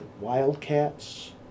Wildcats